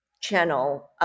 channel